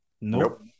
Nope